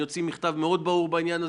אני אוציא מכתב מאוד ברור בעניין הזה.